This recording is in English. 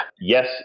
yes